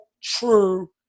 true